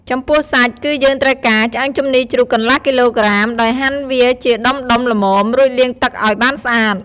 ចំពោះសាច់ គឺយើងត្រូវការ ឆ្អឹងជំនីរជ្រូកកន្លះគីឡូក្រាម ដោយហាន់វាជាដុំៗល្មម រួចលាងទឹកឱ្យបានស្អាត។